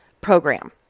program